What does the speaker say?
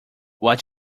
what